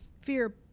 fear